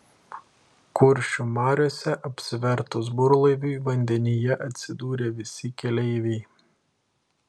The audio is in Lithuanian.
kuršių mariose apsivertus burlaiviui vandenyje atsidūrė visi keleiviai